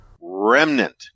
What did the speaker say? REMNANT